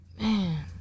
Man